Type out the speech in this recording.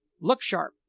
look sharp!